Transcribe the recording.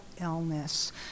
illness